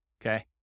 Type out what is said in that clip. Okay